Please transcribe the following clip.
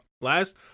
Last